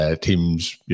teams